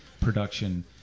production